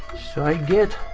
so i get.